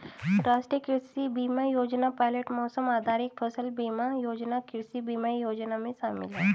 राष्ट्रीय कृषि बीमा योजना पायलट मौसम आधारित फसल बीमा योजना कृषि बीमा में शामिल है